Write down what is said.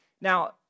Now